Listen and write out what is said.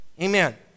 Amen